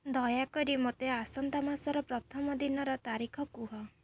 ଦୟାକରି ମୋତେ ଆସନ୍ତା ମାସର ପ୍ରଥମ ଦିନର ତାରିଖ କୁହ